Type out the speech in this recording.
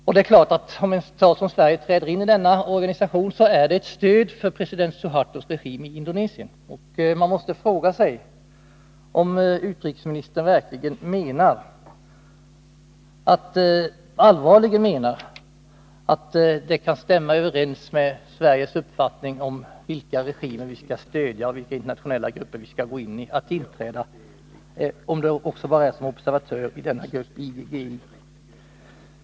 Om en stat som Sverige träder in i denna organisation, är det klart att detta är ett stöd för president Suhartos regim i Indonesien. Man måste fråga sig om utrikesministern verkligen allvarligen menar att ett inträde i IGGI — även om det bara gäller en observatörsfunktion — kan stämma överens med Sveriges uppfattning om vilka regimer vi skall stödja och vilka internationella grupper vi skall gå in i.